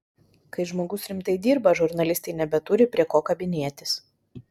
kai žmogus rimtai dirba žurnalistai nebeturi prie ko kabinėtis